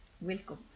Welcome